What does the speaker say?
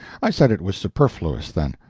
i said it was superfluous, then.